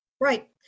Right